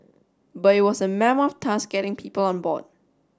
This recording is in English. but it was a mammoth task getting people on board